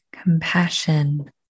compassion